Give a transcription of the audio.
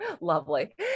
lovely